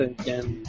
again